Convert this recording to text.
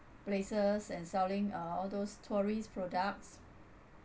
places and selling uh all those tourist products